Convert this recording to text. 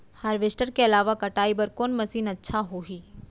Harvester के अलावा कटाई बर कोन मशीन अच्छा होही?